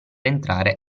entrare